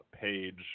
page